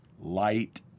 light